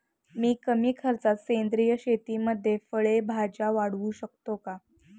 मी कमी खर्चात सेंद्रिय शेतीमध्ये फळे भाज्या वाढवू शकतो का?